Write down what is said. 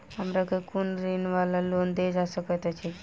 हमरा केँ कुन ऋण वा लोन देल जा सकैत अछि?